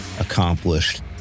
Accomplished